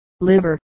liver